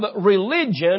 religion